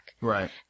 Right